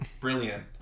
Brilliant